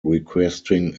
requesting